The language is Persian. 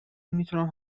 میتونم